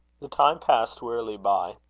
the time passed wearily by.